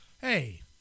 Hey